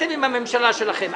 אתם עם הממשלה שלכם.